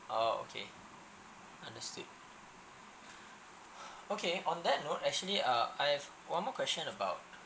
oh okay understood okay on that note actually uh I've one more question about